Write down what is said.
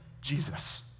Jesus